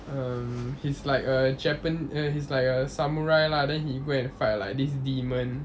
um he's like a japan uh he's like a samurai lah then he go and fight like this demon